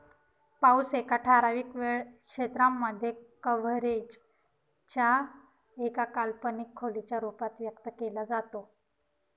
पाऊस एका ठराविक वेळ क्षेत्रांमध्ये, कव्हरेज च्या एका काल्पनिक खोलीच्या रूपात व्यक्त केला जातो